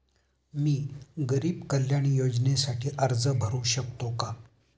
मी गरीब कल्याण योजनेसाठी अर्ज भरू शकतो का?